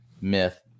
myth